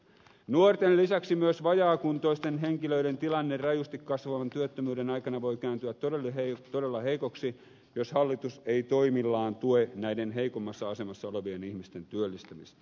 nuorten lisäksi myös vajaakuntoisten henkilöiden tilanne rajusti kasvavan työttömyyden aikana voi kääntyä todella heikoksi jos hallitus ei toimillaan tue näiden heikommassa asemassa olevien ihmisten työllistymistä